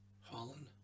holland